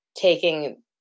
taking